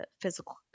physical